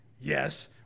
Yes